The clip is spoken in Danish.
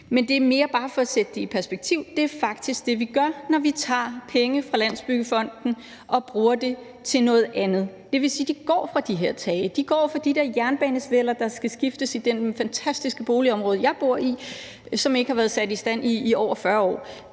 Men det er mere for at sætte det i perspektiv. Det er faktisk det, vi gør, når vi tager penge fra Landsbyggefonden og bruger til noget andet. Det vil sige, at de går fra de her tage, de går fra de der jernbanesveller, der skal skiftes i det fantastiske boligområde, jeg bor i, som ikke har været sat i stand i over 40 år,